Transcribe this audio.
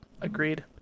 Agreed